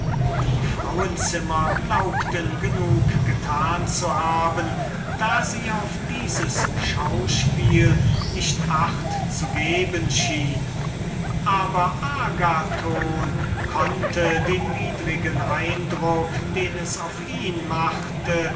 die damen glaubten genug getan zu haben daß sie auf dieses schauspiel nicht acht zu geben schienen aber agathon konnte den widrigen eindruck den es auf ihn machte